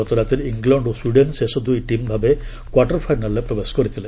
ଗତରାତିରେ ଇଂଲଣ୍ଡ ଓ ସ୍ୱିଡେନ୍ ଶେଷ ଦୁଇ ଟିମ୍ ଭାବେ କ୍ୱାର୍ଟର୍ ଫାଇନାଲ୍ରେ ପ୍ରବେଶ କରିଥିଲେ